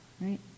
right